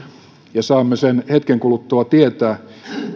ja saamme sen hetken kuluttua tietää